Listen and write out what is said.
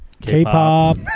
K-pop